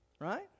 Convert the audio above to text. Right